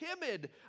timid